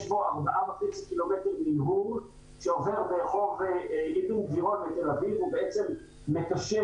יש בו 4.5 קילומטר --- שעובר ברחוב אבן גבירול בתל-אביב והוא מקשר